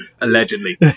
Allegedly